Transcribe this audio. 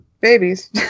babies